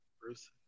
Bruce